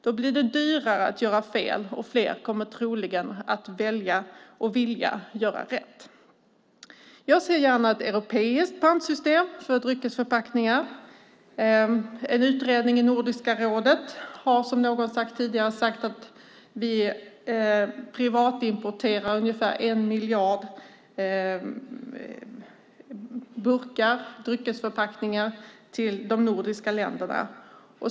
Då blir det dyrare att göra fel och flera kommer troligen att välja och vilja göra rätt. Jag ser gärna ett europeiskt pantsystem för dryckesförpackningar. En utredning i Nordiska rådet har, som någon har sagt tidigare, visat att vi privatimporterar ungefär en miljard dryckesförpackningar till de nordiska länderna.